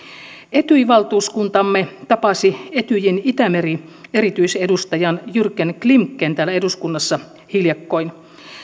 etyj valtuuskuntamme tapasi etyjin itämeren erityisedustajan jurgen klimken täällä eduskunnassa hiljakkoin